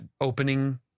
opening